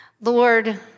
Lord